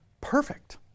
perfect